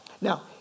Now